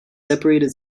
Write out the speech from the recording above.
separated